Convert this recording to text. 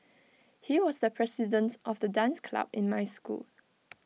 he was the president of the dance club in my school